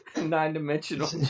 Nine-dimensional